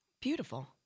Beautiful